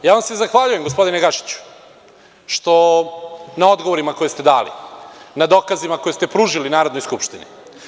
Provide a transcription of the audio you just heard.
Ja vam se zahvaljujem gospodine Gašiću na odgovorima koje ste dali, na dokazima koje ste pružili Narodnoj skupštini.